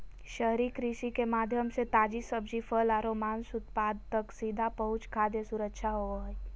शहरी कृषि के माध्यम से ताजी सब्जि, फल आरो मांस उत्पाद तक सीधा पहुंच खाद्य सुरक्षा होव हई